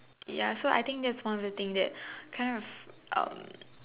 ya so I think that is one of the thing that kind of um